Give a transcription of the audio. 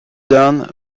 done